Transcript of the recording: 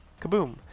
Kaboom